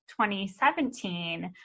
2017